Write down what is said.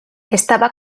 estaba